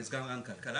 אני סגן רע"ן כלכלה,